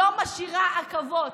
לא משאירה עקבות,